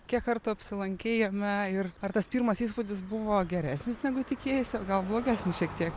kiek kartų apsilankei jame ir ar tas pirmas įspūdis buvo geresnis negu tikėjaisi gal blogesnis šiek tiek